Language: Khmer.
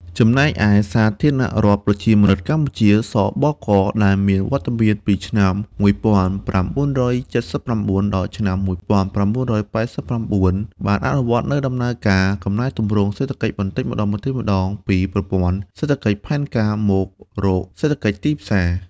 ចំណែកឯសាធារណរដ្ឋប្រជាមានិតកម្ពុជា ស.ប.ក.ដែលមានវត្តមានពីឆ្នាំ ១៩៧៩ ដល់ឆ្នាំ ១៩៨៩ បានអនុវត្តនូវដំណើរការកំណែទម្រង់សេដ្ឋកិច្ចបន្តិចម្ដងៗពីប្រព័ន្ធសេដ្ឋកិច្ចផែនការមករកសេដ្ឋកិច្ចទីផ្សារ។